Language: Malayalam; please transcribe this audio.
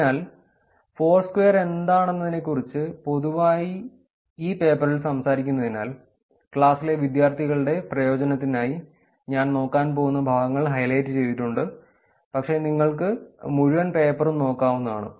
അതിനാൽ ഫോഴ്സ്ക്വയർ എന്താണെന്നതിനെക്കുറിച്ച് പൊതുവായി ഈ പേപ്പറിൽ സംസാരിക്കുന്നതിനാൽ ക്ലാസിലെ വിദ്യാർത്ഥികളുടെ പ്രയോജനത്തിനായി ഞാൻ നോക്കാൻ പോകുന്ന ഭാഗങ്ങൾ ഹൈലൈറ്റ് ചെയ്തിട്ടുണ്ട് പക്ഷേ നിങ്ങൾക്ക് മുഴുവൻ പേപ്പറും നോക്കാവുന്നതാണ്